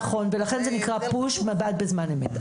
נכון, ולכן זה נקרא פוש, מב"ד בזמן אמת.